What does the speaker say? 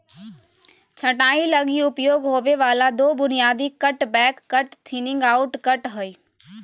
छंटाई लगी उपयोग होबे वाला दो बुनियादी cut back cut, thinning out cut हइ